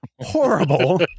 horrible